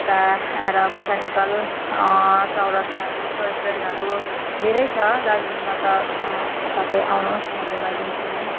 एता आएर बोटानिकल चौरास्ताहरू टोय ट्रेनहरू धेरै छ दार्जिलिङमा त तपाईँ आउनुहोस् म घुमाइदिन्छु नि